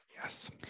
Yes